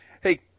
Hey